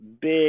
big